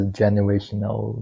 generational